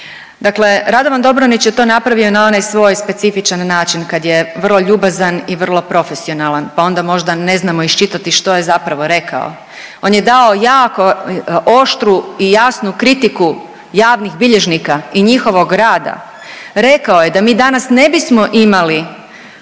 Dakle, Radovan Dobronić je to napravio na onaj svoj specifičan način kad je vrlo ljubazan i vrlo profesionalan, pa onda možda ne znamo iščitati što je zapravo rekao. On je dao jako oštru i jasnu kritiku javnih bilježnika i njihovog rada. Rekao je da mi danas ne bismo imali